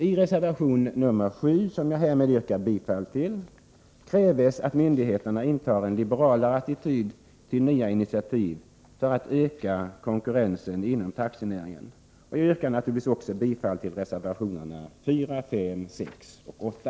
I reservation nr 7, som jag härmed yrkar bifall till, framförs kravet att myndigheterna intar en liberalare attityd till nya initiativ för att öka konkurrensen inom taxinäringen. Jag yrkar också bifall till reservationerna 4, 5, 6 och 8.